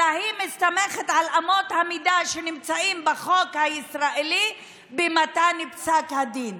אלא היא מסתמכת על אמות המידה שנמצאות בחוק הישראלי במתן פסק הדין.